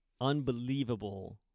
unbelievable